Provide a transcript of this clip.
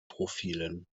profilen